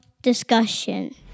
discussion